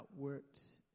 outworked